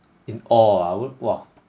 in awe ah I wouldn't !wah!